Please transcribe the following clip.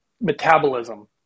metabolism